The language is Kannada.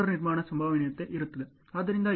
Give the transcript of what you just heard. ಆದ್ದರಿಂದ ಇದು 21